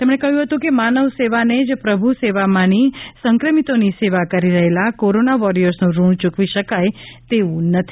તેમણે કહ્યું હતું કે માનવ સેવાને જ પ્રભુ સેવા માની સંક્રમિતોની સેવા કરી રહેલાં કોરોના વોરિયર્સનું ઋણ ચૂકવી શકાય તેવું નથી